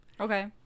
Okay